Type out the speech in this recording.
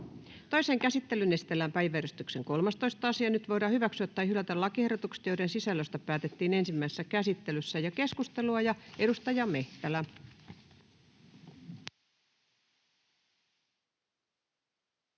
Toiseen käsittelyyn esitellään päiväjärjestyksen 15. asia. Nyt voidaan hyväksyä tai hylätä lakiehdotukset, joiden sisällöstä päätettiin ensimmäisessä käsittelyssä. — Keskustelu, edustaja Hamari,